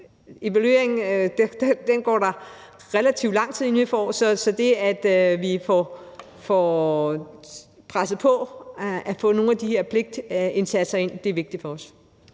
Evalueringen går der relativt lang tid inden vi får, så det, at vi får presset på for at få nogle af de her pligtindsatser ind, er vigtigt for os.